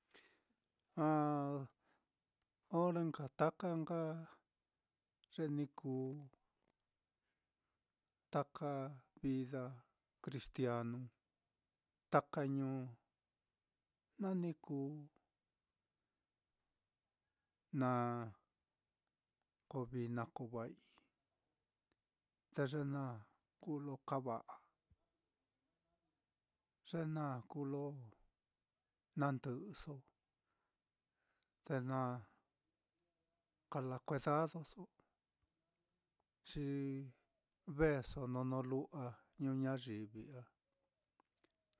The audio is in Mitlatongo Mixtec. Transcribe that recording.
re nka taka nka ye ni kuu taka vida cristianu, taka ñuu, jna ni kuu na koo vií na koo va'ai, te ye naá kuu lo kava'a, ye naá kuu lo na ndɨꞌɨso, te na kala kuedadoso, xi veeso nonó luwa ñuñayivi á,